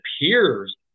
appears